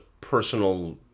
personal